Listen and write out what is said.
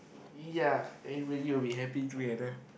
ya everybody will be happy together